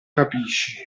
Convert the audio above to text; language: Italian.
capisci